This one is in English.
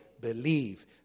Believe